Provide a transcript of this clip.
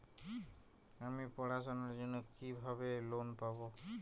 আমি পড়াশোনার জন্য কিভাবে লোন পাব?